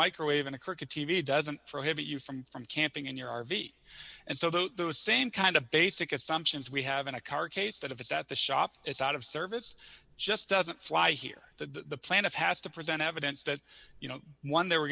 microwave and a cricket t v doesn't prohibit you from from camping in your r v and so those same kind of basic assumptions we haven't a carcase that if it's at the shop it's out of service just doesn't fly here the planet has to present evidence that you know one they were